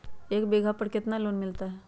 एक बीघा पर कितना लोन मिलता है?